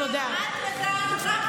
את יודעת רק לצרוח.